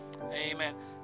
Amen